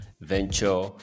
venture